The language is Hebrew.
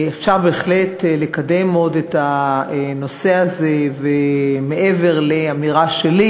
אפשר בהחלט לקדם עוד את הנושא הזה מעבר לאמירה שלי,